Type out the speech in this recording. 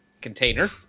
container